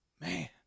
Man